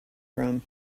from